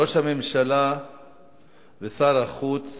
ראש הממשלה ושר החוץ